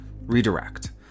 redirect